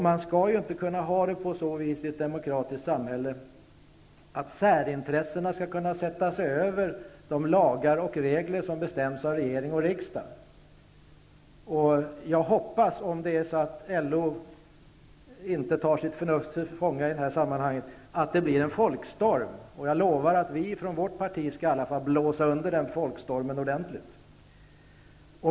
Det skall inte vara så i ett demokratiskt samhälle att särintressena skall kunna sätta sig över de lagar och regler som bestäms av regering och riksdag. Om det är så att LO inte tar sitt förnuft till fånga i detta sammanhang, hoppas jag att det blir en folkstorm. Jag lovar att vi från vårt parti i alla fall skall blåsa under den folkstormen ordentligt.